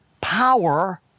power